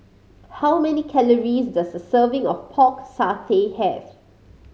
how many calories does a serving of Pork Satay have